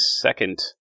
second